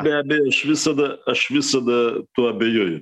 be abejo aš visada aš visada tuo abejoju